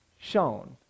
shown